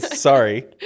sorry